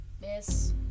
miss